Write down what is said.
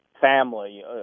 family